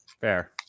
Fair